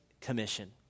commission